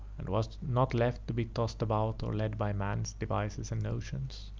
and was not left to be tossed about or led by man's devices and notions.